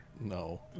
No